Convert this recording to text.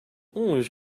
these